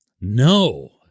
No